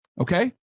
okay